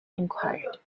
inquired